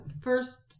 first